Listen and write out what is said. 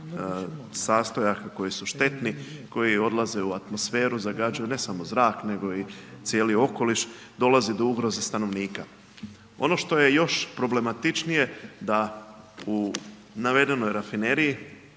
sastojaka koji su štetni, koji odlaze u atmosferu, zagađuju ne samo zrak nego i cijeli okoliš, dolazi do ugroze stanovnika. Ono što je još problematičnije da u navedenoj rafineriji